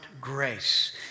grace